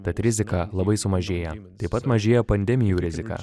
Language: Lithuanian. tad rizika labai sumažėja taip pat mažėja pandemijų rizika